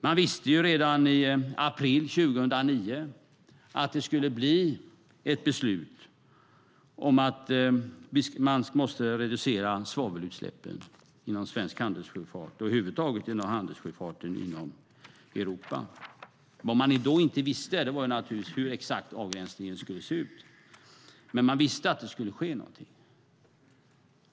Man visste redan i april 2009 att det skulle bli ett beslut om reducering av svavelutsläppen inom svensk handelssjöfart och inom handelssjöfarten i Europa över huvud taget. Det man då givetvis inte visste var hur avgränsningen exakt skulle se ut, men man visste att någonting skulle ske.